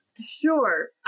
Sure